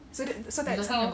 so that so that